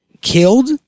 killed